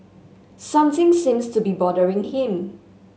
something seems to be bothering him